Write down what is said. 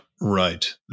Right